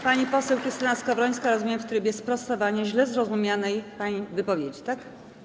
Pani poseł Krystyna Skowrońska, jak rozumiem, w trybie sprostowania źle zrozumianej pani wypowiedzi, tak?